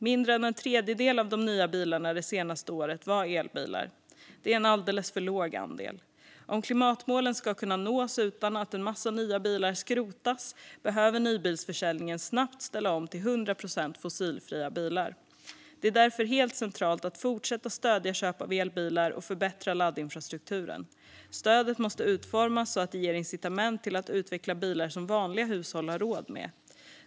Mindre än en tredjedel av de nya bilarna det senaste året var elbilar. Det är en alldeles för låg andel. Om klimatmålen ska kunna nås utan att en massa nya bilar skrotas behöver nybilsförsäljningen snabbt ställa om till 100 procent fossilfria bilar. Det är därför helt centralt att fortsätta stödja köp av elbilar och förbättra laddinfrastrukturen. Stödet måste utformas så att det ger incitament till att utveckla bilar som vanliga hushåll har råd med.